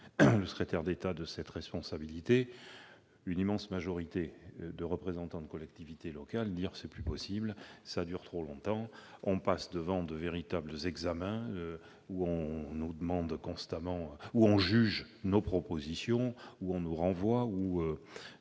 le secrétaire d'État, de cette responsabilité, une immense majorité de représentants de collectivités locales se plaindre :« ce n'est plus possible »;« cela dure trop longtemps »;« on passe de véritables examens où l'on juge nos propositions, où l'on nous renvoie »